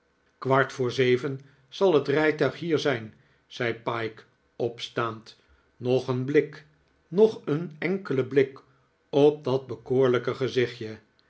kwart voor zeven zal het rijtuig hier zijn zei pyke opstaand nog een blik nog een enkele blik op dat bekoorlijke gezichtje